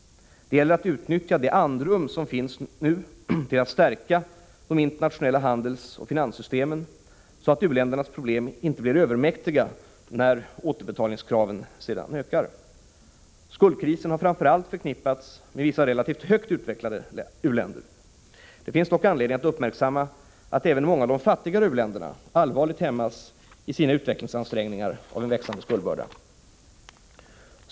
Det gäller att utnyttja det andrum som nu finns till att stärka de internationella handelsoch finanssystemen, så att u-ländernas problem inte blir övermäktiga när återbetalningskraven sedan ökar. Skuldkrisen har framför allt förknippats med vissa relativt högt utvecklade u-länder. Det finns dock anledning att uppmärksamma att även många av de fattigare u-länderna allvarligt hämmas i sina utvecklingsansträngningar av en växande skuldbörda.